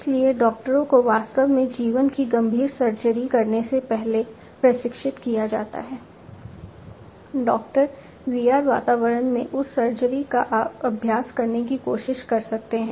इसलिए डॉक्टरों को वास्तव में जीवन की गंभीर सर्जरी करने से पहले प्रशिक्षित किया जाता है डॉक्टर VR वातावरण में उस सर्जरी का अभ्यास करने की कोशिश कर सकते हैं